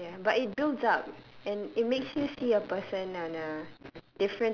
ya ya but it builds up and it makes you see a person on a